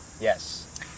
Yes